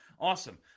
Awesome